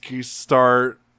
start